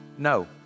No